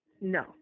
No